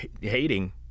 hating